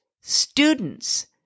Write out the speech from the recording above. students